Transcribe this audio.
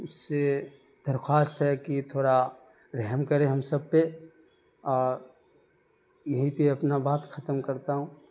اس سے درخواست ہے کہ تھوڑا رحم کرے ہم سب پہ اور یہیں پہ اپنا بات ختم کرتا ہوں